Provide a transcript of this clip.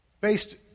based